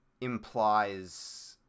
implies